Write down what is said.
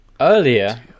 Earlier